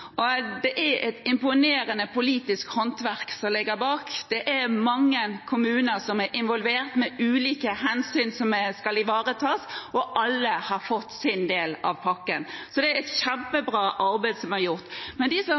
Det er et imponerende politisk håndverk som ligger bak. Det er mange kommuner som er involvert, med ulike hensyn som skal ivaretas, og alle har fått sin del av pakken. Så det er et kjempebra arbeid som er gjort. Men de som